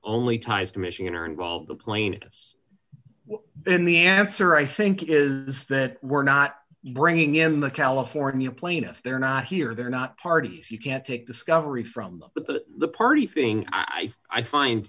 only ties to michigan or involved the plaintiffs then the answer i think is that we're not bringing in the california plaintiff they're not here they're not parties you can't take discovery from the party thing i find